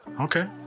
Okay